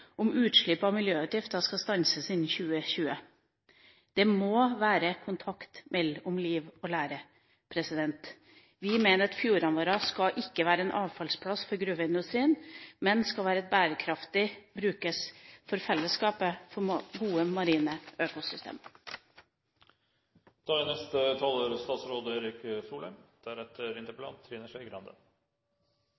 om at utslipp av miljøutgifter skal stanses innen 2020. Det må være kontakt mellom liv og lære. Vi mener at fjordene våre ikke skal være en avfallsplass for gruveindustrien. Fjordene skal være bærekraftige – brukes av fellesskapet etter gode marine økosystemer. Det er